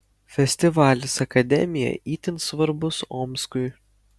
festivalis akademija itin svarbus omskui